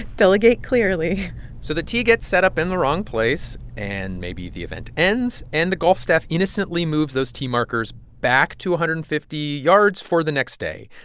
delegate clearly so the tee gets set up in the wrong place, and maybe the event ends, and the golf staff innocently moves those tee markers back to one hundred and fifty yards for the next day.